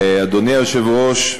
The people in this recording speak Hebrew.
אדוני היושב-ראש,